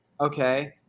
okay